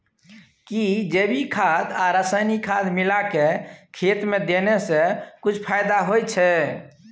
कि जैविक खाद आ रसायनिक खाद मिलाके खेत मे देने से किछ फायदा होय छै?